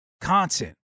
content